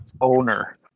owner